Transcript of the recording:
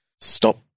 stop